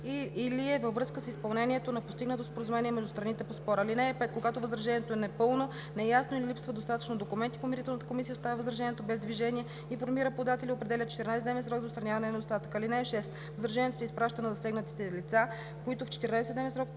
или е във връзка с изпълнението на постигнато споразумение между страните по спора. (5) Когато възражението е непълно, неясно или липсват достатъчно документи, Помирителната комисия оставя възражението без движение, информира подателя и определя 14 дневен срок за отстраняване на недостатъка. (6) Възражението се изпраща на засегнатите лица, които в 14-дневен срок